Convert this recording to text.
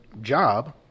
job